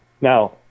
Now